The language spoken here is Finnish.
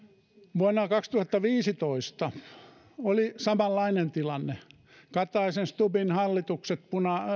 vuonna kaksituhattaviisitoista oli samanlainen tilanne kataisen ja stubbin hallitukset